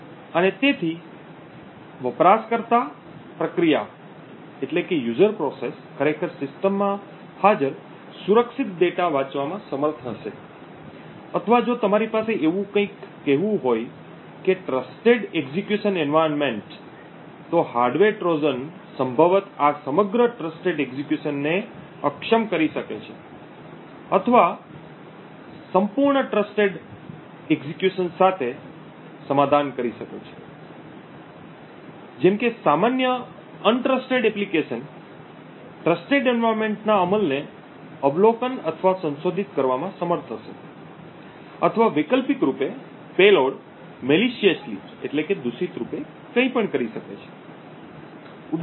અને તેથી વપરાશકર્તા પ્રક્રિયા ખરેખર સિસ્ટમમાં હાજર સુરક્ષિત ડેટા વાંચવામાં સમર્થ હશે અથવા જો તમારી પાસે એવું કંઈક કહેવું હોય કે વિશ્વસનીય અમલ વાતાવરણ તો હાર્ડવેર ટ્રોઝન સંભવત આ સમગ્ર Trusted Executionટ્રસ્ટેડ એક્ઝેક્યુશન ને અક્ષમ કરી શકે છે અથવા સંપૂર્ણ એક્ઝેક્યુશન સાથે સમાધાન કરી શકે છે જેમ કે સામાન્ય Untrustedઅવિશ્વસનીય એપ્લિકેશન વિશ્વસનીય વાતાવરણ ના અમલને અવલોકન અથવા સંશોધિત કરવામાં સમર્થ હશે અથવા વૈકલ્પિક રૂપે પેલોડ દૂષિતરૂપે કંઈ પણ કરી શકે છે